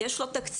יש לו תקציב.